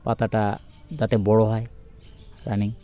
পাতাটা যাতে বড়ো হয় রানিং